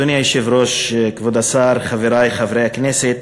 אדוני היושב-ראש, כבוד השר, חברי חברי הכנסת,